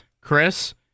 Chris